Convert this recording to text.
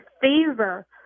favor